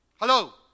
Hello